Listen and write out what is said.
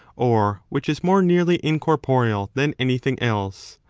or which is more nearly incorporeal than any thing else.